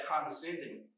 condescending